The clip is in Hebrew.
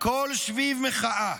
כל שביב מחאה,